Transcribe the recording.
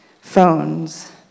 phones